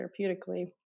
therapeutically